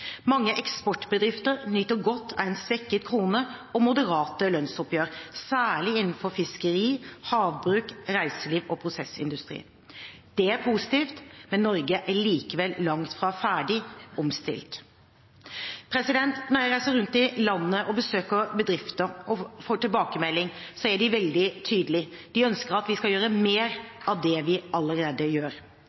Mange eksportbedrifter nyter godt av en svekket krone og moderate lønnsoppgjør, særlig innenfor fiskeri og havbruk, reiseliv og i prosessindustrien. Det er positivt, men Norge er likevel langt fra ferdig omstilt. Når jeg reiser rundt i landet og besøker bedrifter og får tilbakemeldinger, er de veldig tydelige. De ønsker at vi skal gjøre mer av det vi allerede gjør.